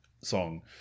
song